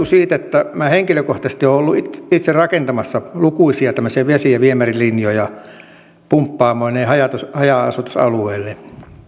siitä että minä henkilökohtaisesti olen ollut itse itse rakentamassa lukuisia tämmöisiä vesi ja viemärilinjoja pumppaamoineen haja haja asutusalueille